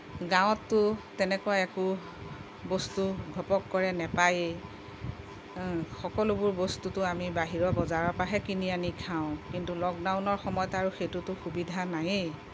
গাঁৱততো তেনেকুৱা একো বস্তু ঘপকৰে নাপায়েই সকলোবোৰ বস্তুটো আমি বাহিৰৰ বজাৰৰ পৰাহে কিনি আনি খাওঁ কিন্তু লকডাউনৰ সময়ত সেইটোতো সুবিধা নাইয়েই